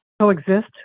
coexist